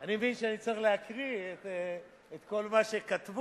אני מבין שאני צריך להקריא את כל מה שכתבו.